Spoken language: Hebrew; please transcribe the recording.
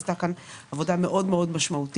נעשתה פה עבודה מאוד משמעותית,